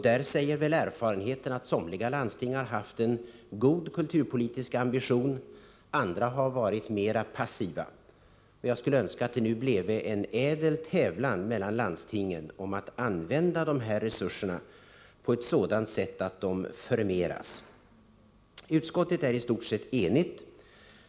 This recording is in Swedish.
Där säger erfarenheten att somliga landsting har haft en god kulturpolitisk ambition, andra har varit mera passiva. Jag skulle önska att det nu bleve en ädel tävlan mellan landstingen om att använda resurserna på ett sådant sätt att medlen förmeras. Utskottet är i stort sett enigt.